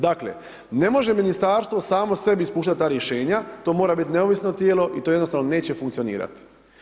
Dakle, ne može ministarstvo samo sebi spuštat ta rješenja to mora biti neovisno tijelo i to jednostavno neće funkcionirati.